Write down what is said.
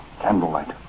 Candlelight